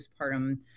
postpartum